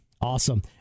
Awesome